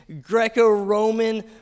Greco-Roman